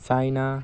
China